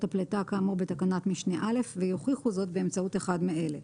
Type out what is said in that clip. הפליטה כאמור בתקנת משנה (א) ויוכיחו זאת באמצעות אחד מאלה: